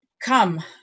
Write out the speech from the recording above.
Come